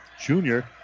junior